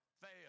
fail